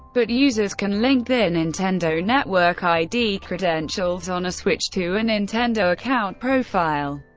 but users can link their nintendo network id credentials on a switch to a nintendo account profile,